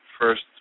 first